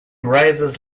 rises